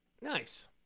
Nice